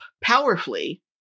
powerfully